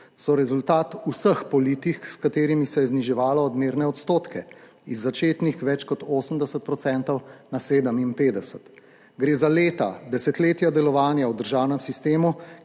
so rezultat vseh politik, s katerimi se je zniževalo odmerne odstotke z začetnih več kot 80 % na 57. Gre za leta, desetletja delovanja v državnem sistemu,